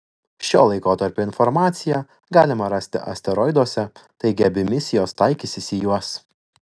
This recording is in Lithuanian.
šio laikotarpio informaciją galima rasti asteroiduose taigi abi misijos taikysis į juos